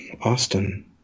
Austin